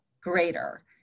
greater